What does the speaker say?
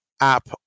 app